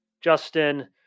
Justin